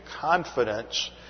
confidence